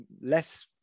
less